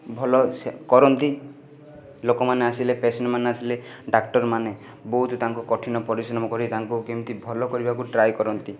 ଭଲ ସେ କରନ୍ତି ଲୋକମାନେ ଆସିଲେ ପେସେଣ୍ଟମାନେ ଆସିଲେ ଡାକ୍ତରମାନେ ବହୁତ ତାଙ୍କୁ କଠିନ ପରିଶ୍ରମ କରି ତାଙ୍କୁ କେମିତି ଭଲ କରିବାକୁ ଟ୍ରାଏ କରନ୍ତି